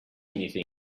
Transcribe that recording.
anything